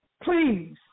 Please